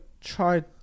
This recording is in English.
try